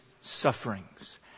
sufferings